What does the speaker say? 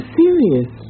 serious